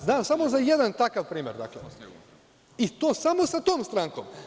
Znam samo za jedan takav primer, i to samo sa tom strankom.